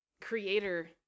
creator